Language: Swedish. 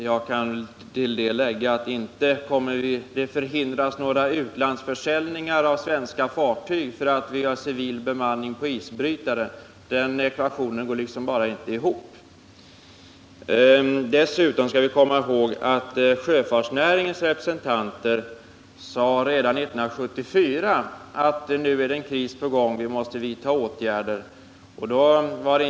Jag kan till det säga att inte kommer det att förhindra utlandsförsäljningar av svenska fartyg att vi har civil bemanning på isbrytare. Den ekvationen går helt enkelt inte ihop. Dessutom skall vi komma ihåg att sjöfartsnäringens representanter sade redan 1974, att nu är det en kris på gång och att åtgärder måste vidtas.